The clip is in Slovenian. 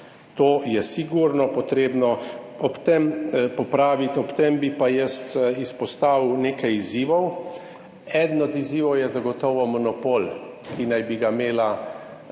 To je sigurno potrebno popraviti. Ob tem bi pa jaz izpostavil nekaj izzivov. Eden od izzivov je zagotovo monopol, ki naj bi ga imela